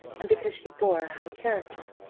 and because she bore a high character.